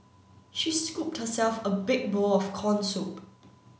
she scooped herself a big bowl of corn soup